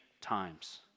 times